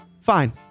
fine